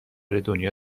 دنیا